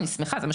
זה פשוט לא נכון.